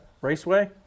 raceway